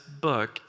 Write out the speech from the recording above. book